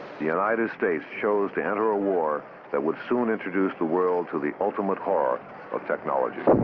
the united states chose to enter a war that would soon introduce the world to the ultimate horror of technology.